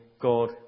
God